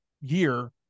year